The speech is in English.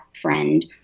friend